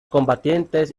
combates